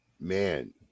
Man